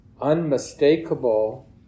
unmistakable